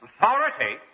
Authority